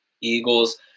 Eagles